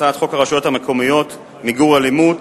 הצעת חוק הרשויות המקומיות (מיגור אלימות),